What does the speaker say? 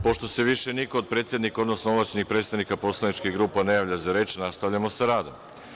Pošto se više niko od predsednika, odnosno ovlašćenih predstavnika poslaničkih grupa ne javlja za reč, nastavljamo sa radom.